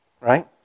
Right